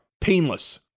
painless